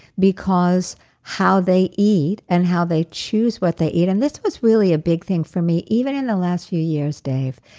because how they eat and how they choose what they eat. and this was really a big thing for me. even in the last few years, dave,